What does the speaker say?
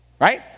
right